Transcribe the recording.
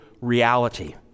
reality